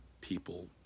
people